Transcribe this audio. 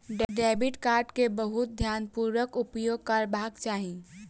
debit card के बहुत ध्यानपूर्वक उपयोग करबाक चाही